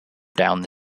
down